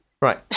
Right